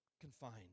confined